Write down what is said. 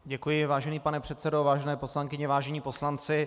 Děkuji, vážený pane předsedo, vážené poslankyně, vážení poslanci.